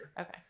Okay